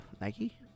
Nike